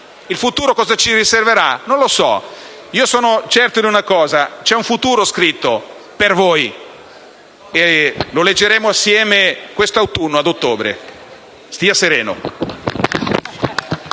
Il futuro cosa ci riserverà? Non lo so. Sono certo di una cosa: c'è un futuro scritto per voi e lo leggeremo insieme il prossimo autunno, ad ottobre. Stia sereno.